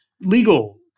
legal